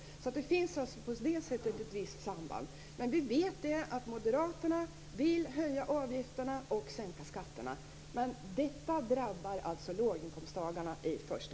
På det sättet finns alltså ett visst samband. Vi vet att moderaterna vill höja avgifterna och sänka skatterna. Detta drabbar i första hand låginkomsttagarna.